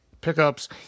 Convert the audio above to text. pickups